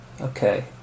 Okay